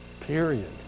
period